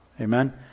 Amen